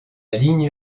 ligne